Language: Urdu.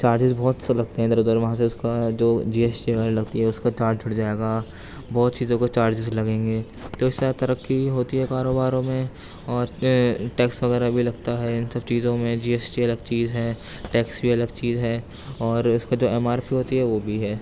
چارجز بہت سے لگتے ہیں ادھر ادھر وہاں سے اس کا جو جی ایس ٹی وغیرہ لگتی ہے یہ اس کا چارج چھٹ جائے گا بہت چیزوں کا چارجز لگیں گے تو اس طرح ترقّی ہوتی ہے كاروباروں میں اور ٹیکس وغیرہ بھی لگتا ہے ان سب چیزوں میں جی ایس ٹی الگ چیز ہے ٹیکس بھی الگ چیز ہے اور اس کا جو ایم آر پی ہوتی ہے وہ بھی ہے